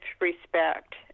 respect